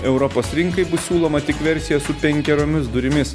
europos rinkai bus siūloma tik versija su penkeriomis durimis